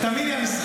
תאמין לי,